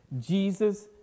Jesus